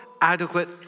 adequate